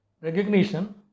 recognition